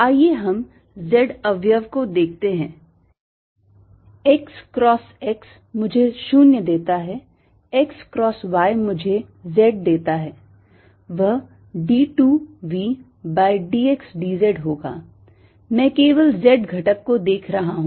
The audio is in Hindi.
आइए हम z अवयव को देखते हैं x cross x मुझे 0 देता है x cross y मुझे z देता है वह d 2 v by d x d y होगा मैं केवल z घटक को देख रहा हूं